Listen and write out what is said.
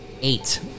Eight